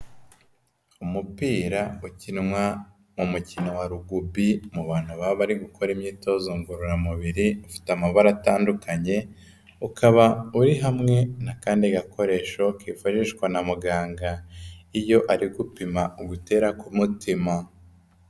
Umupira ukinwa mu mukino wa Rugby mu bantu baba bari gukora imyitozo ngororamubiri ufite amabara atandukanye, ukaba uri hamwe n'akandi gakoresho kifashishwa na muganga iyo ari gupima ugutera ku mutima.